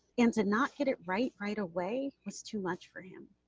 and to not get it right right away was too much for him.